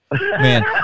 Man